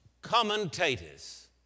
commentators